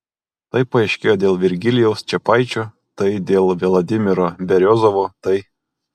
tai paaiškėjo dėl virgilijaus čepaičio tai dėl vladimiro beriozovo tai